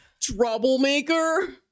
Troublemaker